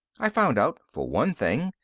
i found out, for one thing,